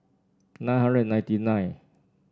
nine hundred and ninety nine